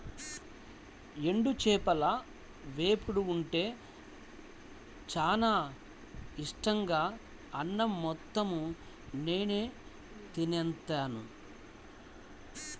ఎండు చేపల వేపుడు ఉంటే చానా ఇట్టంగా అన్నం మొత్తం నేనే తినేత్తాను